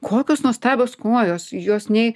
kokios nuostabios kojos jos nei